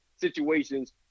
situations